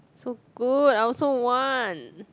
so good I also want